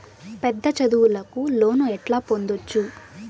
పెద్ద చదువులకు లోను ఎట్లా పొందొచ్చు